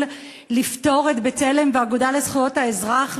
לפטור את "בצלם" ואת האגודה לזכויות האזרח,